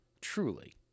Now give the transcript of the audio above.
truly